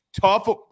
Tough